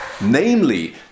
Namely